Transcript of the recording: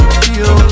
feel